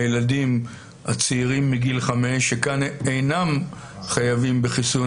הילדים הצעירים מגיל חמש שאינם חייבים בחיסון,